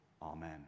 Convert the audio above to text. Amen